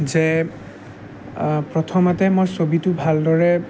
যে প্ৰথমতে মই ছবিটো ভালদৰে